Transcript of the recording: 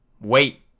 Wait